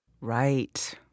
right